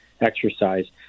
exercise